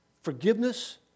Forgiveness